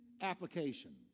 application